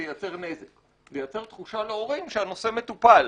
זה ייצר נזק וייצר תחושה להורים שהנושא מטופל,